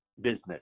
business